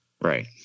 Right